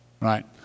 Right